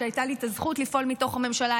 כשהייתה לי הזכות לפעול מתוך הממשלה,